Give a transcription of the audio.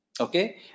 Okay